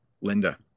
Linda